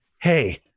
Hey